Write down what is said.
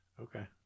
Okay